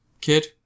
kid